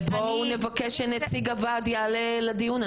בואו נבקש שנציג הוועד יעלה לדיון.